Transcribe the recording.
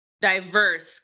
diverse